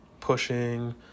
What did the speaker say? Pushing